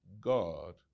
God